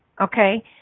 okay